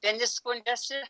vieni skundžiasi